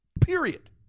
Period